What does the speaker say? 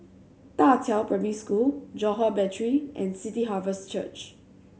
Da Qiao Primary School Johore Battery and City Harvest Church